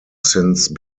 since